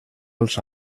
els